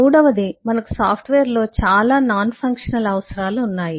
మూడవది మనకు సాఫ్ట్వేర్లో చాలా నాన్ ఫంక్షనల్ అవసరాలు ఉన్నాయి